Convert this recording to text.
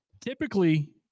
Typically